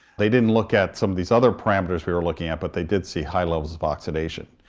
they didn't look at some of these other parameters we were looking at but they did see high levels of oxidation,